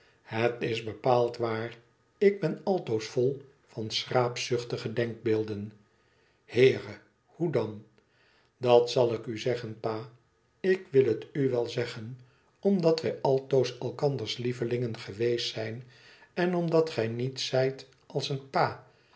het is bepaald waar ik ben altoos vol van schraapzuchtige denkbeelden iheere hoe dan dat zal ik u zeggen pa ik wil het u wel zeggen omdat wij altoos elkanders lievelingen geweest zijn en omdat gij niet zijt als een pa